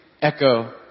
echo